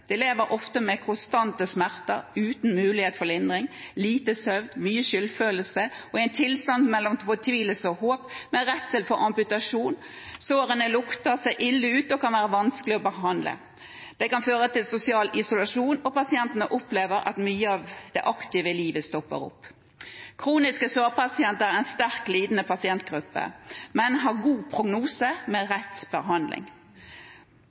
De lever ofte med konstante smerter uten mulighet for lindring, med lite søvn, mye skyldfølelse og i en tilstand mellom fortvilelse og håp, med redsel for amputasjon. Sårene lukter, ser ille ut og kan være vanskelig å behandle. Det kan føre til sosial isolasjon, og pasientene opplever at mye av det aktive livet stopper opp. Kroniske sårpasienter er en sterkt lidende pasientgruppe, men har god prognose med